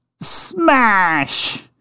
SMASH